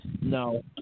No